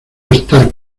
estar